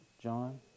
John